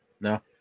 No